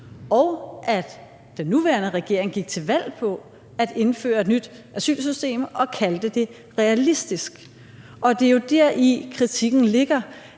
og at den nuværende regering gik til valg på at indføre et nyt asylsystem og kaldte det realistisk, og det er jo deri, kritikken ligger.